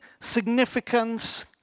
significance